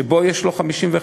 שבה יש לו 51%,